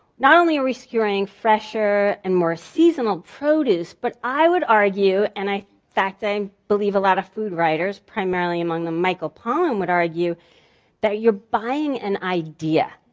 not only are we skewing fresher and more seasonal produce but i would argue, and in fact i believe a lot of food writers, primarily among them michael pollan would argue that you're buying an idea.